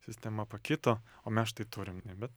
sistema pakito o mes štai turim bet